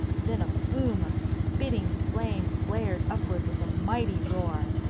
then a plume of spitting flame flared upward with a mighty roar,